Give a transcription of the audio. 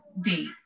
date